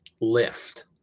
lift